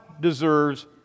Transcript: deserves